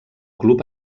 club